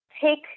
take